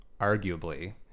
arguably